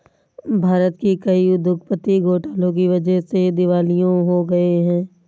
भारत के कई उद्योगपति घोटाले की वजह से दिवालिया हो गए हैं